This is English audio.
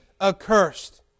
accursed